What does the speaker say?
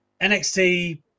NXT